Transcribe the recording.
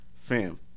fam